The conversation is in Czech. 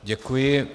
Děkuji.